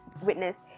witness